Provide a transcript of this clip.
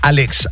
Alex